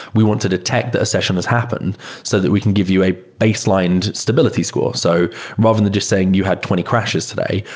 we want to detect that a session has happened so that we can give you a baselined stability score. so rather than just saying you had twenty crashes today.